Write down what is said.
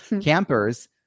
campers